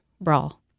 brawl